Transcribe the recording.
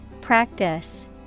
Practice